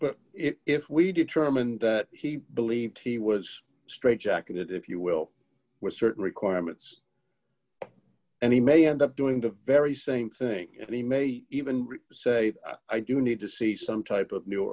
but if we determine that he believed he was straitjacket if you will with certain requirements and he may end up doing the very same thing he may even say i do need to see some type of new